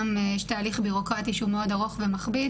גם יש תהליך בירוקרטי שהוא מאוד ארוך ומכביד